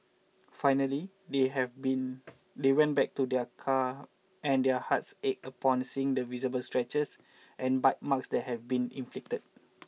finally they have been they went back to their car and their hearts ached upon seeing the visible scratches and bite marks that have been inflicted